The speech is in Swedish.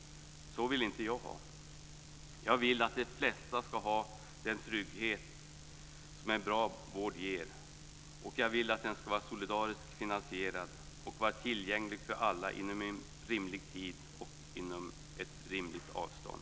Så vill inte jag ha det. Jag vill som de flesta ha den trygghet som en bra vård ger. Jag vill att den ska vara solidariskt finansierad och vara tillgänglig för alla inom en rimlig tid och inom ett rimligt avstånd.